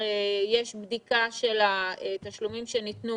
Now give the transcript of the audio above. הרי יש בדיקה של התשלומים שניתנו